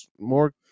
more